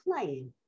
playing